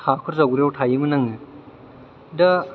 हाखर जावग्रायाव थायोमोन आङो दा